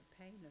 pain